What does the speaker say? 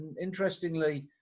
interestingly